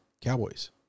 Cowboys